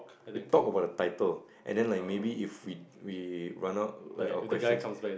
we talk about the title and then like maybe if we we run out like of questions